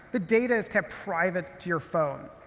the data is kept private to your phone.